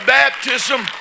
baptism